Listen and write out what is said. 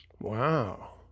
Wow